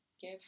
give